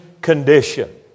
condition